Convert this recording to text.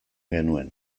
genuen